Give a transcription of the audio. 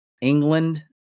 England